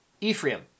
Ephraim